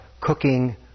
cooking